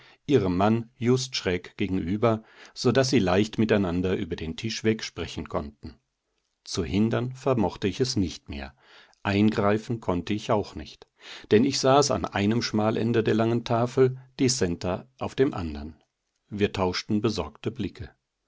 ihrem mann just schräg gegenüber so daß sie leicht miteinander über den tisch weg sprechen konnten zu hindern vermochte ich es nicht mehr eingreifen konnte ich auch nicht denn ich saß an einem schmalende der langen tafel die centa auf dem anderen wir tauschten besorgte blicke